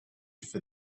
for